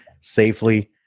safely